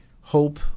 hope